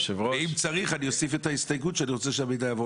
אני אוסיף את ההסתייגות שאני רוצה שהמידע יעבור